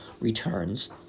returns